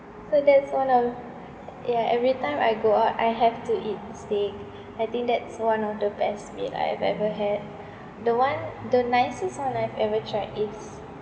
so that's one um ya every time I go out I have to eat steak I think that's one of the best meal I have ever had the one the nicest one I've ever tried is